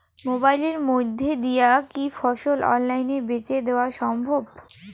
মোবাইলের মইধ্যে দিয়া কি ফসল অনলাইনে বেঁচে দেওয়া সম্ভব?